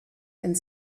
and